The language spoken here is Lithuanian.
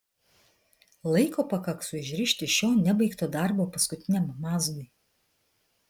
laiko pakaks užrišti šio nebaigto darbo paskutiniam mazgui